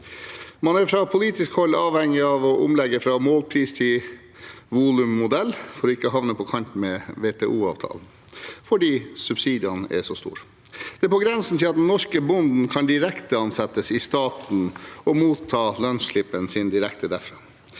Man er fra politisk hold avhengig av å omlegge fra målpris til volummodell for ikke å havne på kant med WTO-avtalen, fordi subsidiene er så store. Det er på grensen til at den norske bonden kan direkteansettes i staten og motta lønnslippen sin direkte derfra.